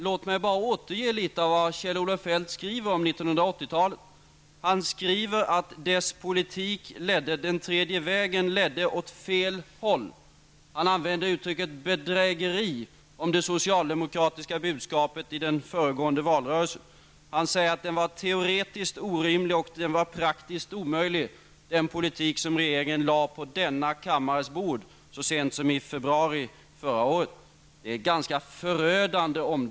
Låt mig bara återge litet av det Kjell-Olof Feldt skriver om 1980-talet. Han skriver att den tredje vägen ledde åt fel håll. Han använder uttrycket bedrägeri om det socialdemokratiska budskapet i den föregående valrörelsen. Han säger att den politik som regeringen lade på denna kammares bord så sent som i februari förra året var teoretiskt orimlig och praktiskt omöjlig.